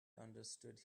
understood